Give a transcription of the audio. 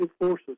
forces